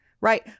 right